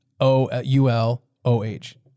O-U-L-O-H